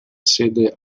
sede